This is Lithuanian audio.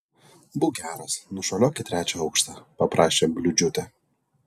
būk geras nušuoliuok į trečią aukštą paprašė bliūdžiūtė